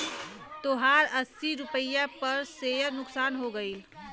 तोहार अस्सी रुपैया पर सेअर नुकसान हो गइल